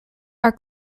are